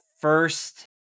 First